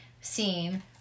seen